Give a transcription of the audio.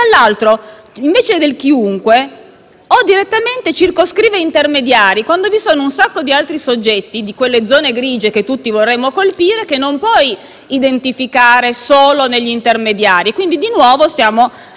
più circoscritto degli «intermediari». Infatti, vi sono un sacco di altri soggetti di quelle zone grigie che tutti vorremmo colpire e che non si possono identificare solo negli intermediari. Quindi, di nuovo stiamo allargando le maglie.